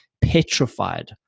petrified